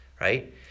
right